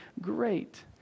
great